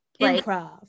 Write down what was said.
improv